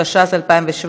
התשע"ז 2017,